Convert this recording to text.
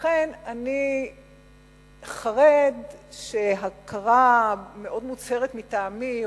ולכן אני חרד שהכרה מאוד מוצהרת מטעמי,